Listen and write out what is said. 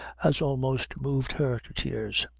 as almost moved her to tears.